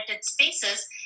spaces